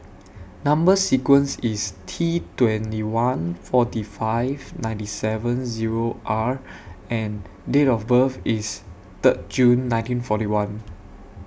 Number sequence IS T twenty one forty five ninety seven Zero R and Date of birth IS Third June nineteen forty one